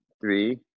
three